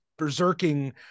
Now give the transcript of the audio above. berserking